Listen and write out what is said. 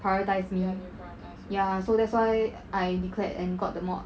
prioritise me ya so that's why I declared and got the mod